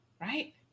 Right